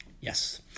Yes